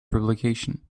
publication